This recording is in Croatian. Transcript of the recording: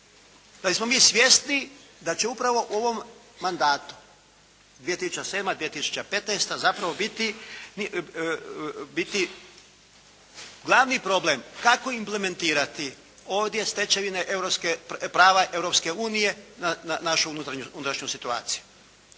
Pa jesmo mi svjesni da će upravo u ovom mandatu 2007./2015. zapravo biti glavni problem kako implementirati ovdje stečevine europske, prava Europske unije na našu unutrašnju situaciju?